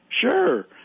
Sure